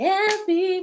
Happy